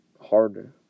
harder